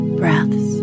breaths